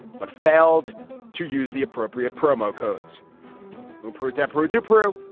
but failed to use the appropriate promo codes per adepero to peru.